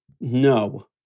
No